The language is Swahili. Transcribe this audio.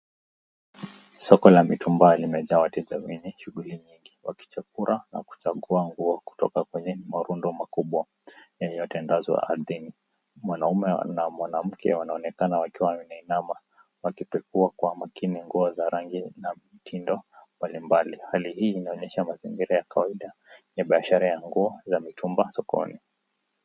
Soko la mitumba limejaa wateja wengi wakichakura na kuchagua nguo kutoka marundo makubwa, yaliyotanadqa ardhini, mwanume mmoja na mwanamke wameinama wakingoja makini ni biashara ya nguo sokoni.